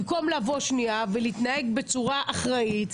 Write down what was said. במקום לבוא שנייה ולהתנהג בצורה אחראית,